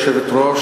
הוא צריך לבנות.